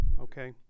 okay